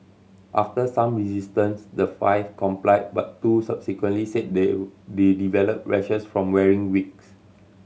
after some resistance the five complied but two subsequently said they they developed rashes from wearing wigs